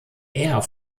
eher